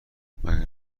مگه